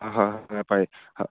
হয় হয় হয় পাৰি হ